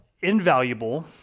invaluable